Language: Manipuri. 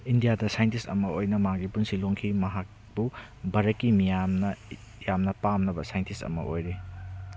ꯏꯟꯗꯤꯌꯥꯗ ꯁꯥꯏꯟꯇꯤꯁ ꯑꯃ ꯑꯣꯏꯅ ꯃꯥꯒꯤ ꯄꯨꯟꯁꯤ ꯂꯣꯝꯈꯤ ꯃꯍꯥꯛꯄꯨ ꯚꯥꯔꯠꯀꯤ ꯃꯤꯌꯥꯝꯅ ꯌꯥꯝꯅ ꯄꯥꯝꯅꯕ ꯁꯥꯏꯟꯇꯤꯁ ꯑꯃ ꯑꯣꯏꯔꯤ